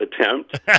attempt